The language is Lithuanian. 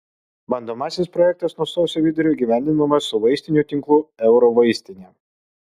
bandomasis projektas nuo sausio vidurio įgyvendinamas su vaistinių tinklu eurovaistinė